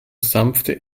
sanfte